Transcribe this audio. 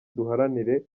duharanire